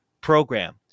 program